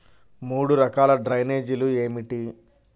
మూడు రకాల డ్రైనేజీలు ఏమిటి?